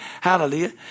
Hallelujah